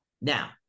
Now